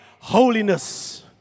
holiness